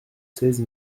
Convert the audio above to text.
seize